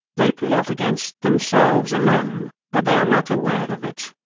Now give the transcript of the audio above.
they plot against themselves alone, but they are not aware of it.